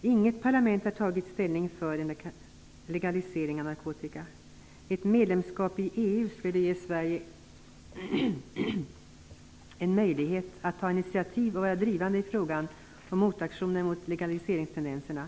Inget parlament har tagit ställning för en legalisering av narkotika. Ett medlemskap i EU skulle ge Sverige en möjlighet att ta initiativ och driva motaktioner mot legaliseringstendenserna.